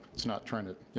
it's not trying to,